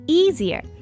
easier